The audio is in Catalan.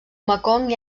mekong